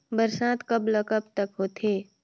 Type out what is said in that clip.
बरसात कब ल कब तक होथे?